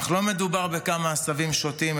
אך לא מדובר בכמה עשבים שוטים,